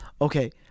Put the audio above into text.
Okay